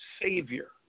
savior